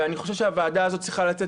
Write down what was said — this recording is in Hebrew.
ואני חושב שהוועדה הזאת צריכה לצאת